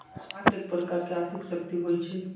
साख एक प्रकार के आर्थिक शक्ति होइ छइ